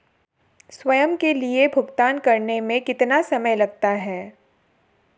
स्वयं के लिए भुगतान करने में कितना समय लगता है?